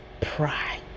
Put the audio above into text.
pride